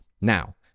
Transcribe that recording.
Now